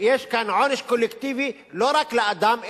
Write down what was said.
יש כאן עונש קולקטיבי לא רק לאדם,